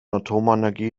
atomenergie